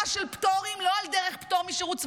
של פטורים לא על דרך פטור משירות צבאי,